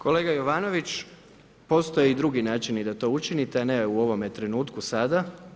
Kolega Jovanović, postoje i drugi načini da to učinite, a ne u ovome trenutku sada.